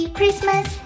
Christmas